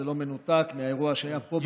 זה לא מנותק מהאירוע שהיה פה בכנסת,